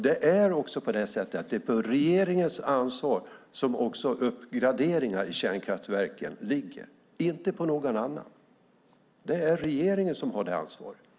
Det är också på regeringen ansvar som uppgraderingar av kärnkraftverken ligger. Inte på någon annan. Det är regeringen som har det ansvaret.